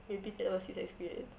maybe that was his experience